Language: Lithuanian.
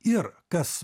ir kas